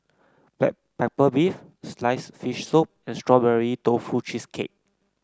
Black Pepper Beef sliced fish soup and Strawberry Tofu Cheesecake